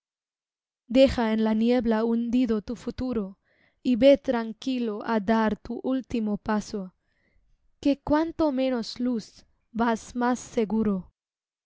deja en la niebla hundido tu futuro y ve tranquilo á dar tu último paso que cuanto menos luz vas más seguro